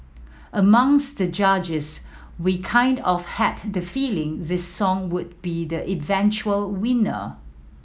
amongst the judges we kind of had the feeling this song would be the eventual winner